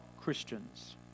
Christians